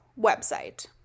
website